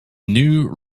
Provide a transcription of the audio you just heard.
new